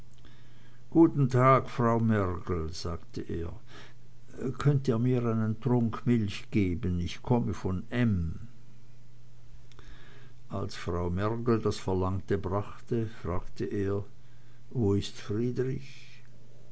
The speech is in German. guten tag frau mergel sagte er könnt ihr mir einen trunk milch geben ich komme von m als frau mergel das verlangte brachte fragte er wo ist friedrich